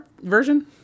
version